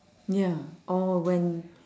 ya or when